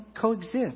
coexist